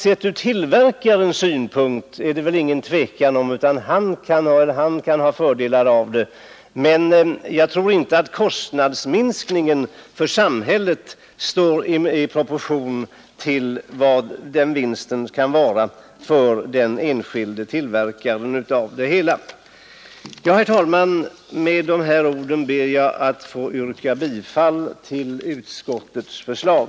Sett ur tillverkarens synpunkt är det väl inget tvivel om att han kan ha fördelar av långa serier, men jag tror inte att kostnadsminskningen för samhället står i proportion till vad vinsten kan vara för den enskilde tillverkaren. Herr talman! Med dessa ord ber jag att få yrka bifall till utskottets förslag.